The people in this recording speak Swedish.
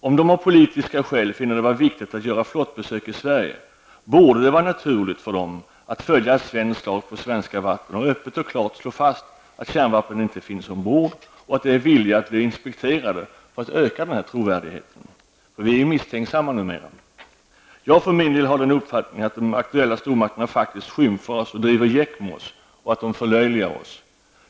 Om de av politiska skäl finner det vara viktigt att göra flottbesök i Sverige, borde det vara naturligt för dem att följa svensk lag på svenska vatten och öppet och klart slå fast att kärnvapen inte finns ombord och att de är villiga att bli inspekterade för att öka trovärdigheten. Vi är misstänksamma numera. Jag för min del har den uppfattningen att de aktuella stormakterna faktiskt skymfar oss och driver gäck med oss -- och att de förlöjligar oss.